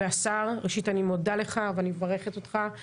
השר, ראשית אני מודה לך ומברכת אותך.